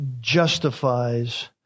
justifies